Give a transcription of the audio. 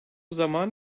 zaman